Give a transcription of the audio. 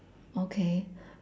okay